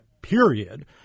period